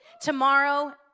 tomorrow